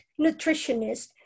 nutritionist